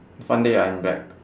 fun day I'm back